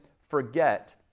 forget